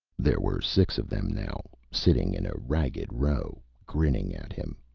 there were six of them now, sitting in a ragged row, grinning at him,